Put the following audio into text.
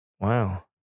Wow